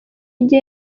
gihe